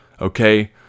okay